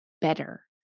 better